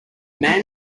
man